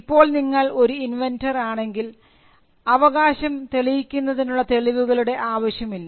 ഇപ്പോൾ നിങ്ങൾ ഒരു ഇൻവെൻന്റർ ആണെങ്കിൽ അവകാശം തെളിയിക്കുന്നതിനുള്ള തെളിവുകളുടെ ആവശ്യമില്ല